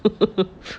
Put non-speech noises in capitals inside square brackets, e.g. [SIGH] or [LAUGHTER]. [LAUGHS]